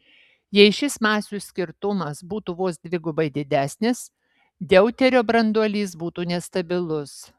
jei šis masių skirtumas būtų vos dvigubai didesnis deuterio branduolys būtų nestabilus